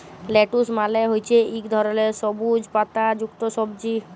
lettuce মালে হছে ইক ধরলের সবুইজ পাতা যুক্ত সবজি